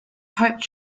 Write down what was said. pope